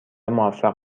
موفق